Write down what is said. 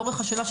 לאורך השנה,